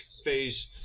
Phase